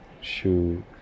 shoot